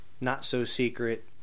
not-so-secret